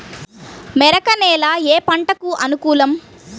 మెరక నేల ఏ పంటకు అనుకూలం?